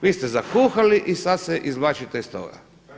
Vi ste zakuhali i sad se izvlačite iz toga.